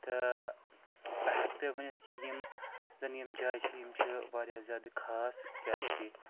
تہٕ بہٕ ہٮ۪کہٕ تۄہہِ ؤنِتھ کہِ یِم زَن یِم جایہِ چھِ یِم چھِ واریاہ زیادٕ خاص کیٛازِکہِ